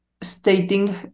stating